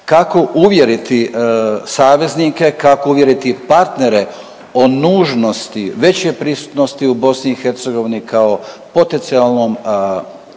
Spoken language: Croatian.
kako uvjeriti saveznike, kako uvjeriti partnere o nužnosti, većoj prisutnosti u BiH kao potencijalnom